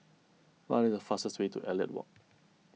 what is the fastest way to Elliot Walk